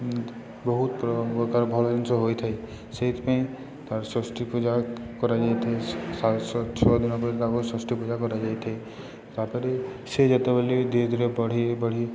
ବହୁତ ପ୍ର ପ୍ରକାର ଭଲ ଜିନିଷ ହୋଇଥାଏ ସେଇଥିପାଇଁ ତା'ର ଷଷ୍ଠୀ ପୂଜା କରାଯାଇଥାଏ ଛଅ ଦିନ ପରେ ତାଙ୍କ ଷଷ୍ଠୀ ପୂଜା କରାଯାଇଥାଏ ତାପରେ ସେ ଯେତେ ବେଲେ ଧୀରେ ଧୀରେ ବଢ଼ି ବଢ଼ି